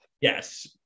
Yes